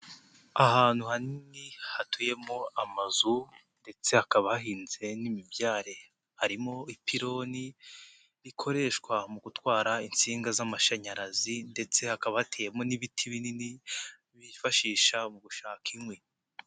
Ahantu hanini hatuyemo amazu ndetse hakaba hahinze n'imibyare, harimo ipironi rikoreshwa mu gutwara insinga z'amashanyarazi ndetse hakaba hateyemo n'ibiti binini bifashisha mu gushaka inkwi.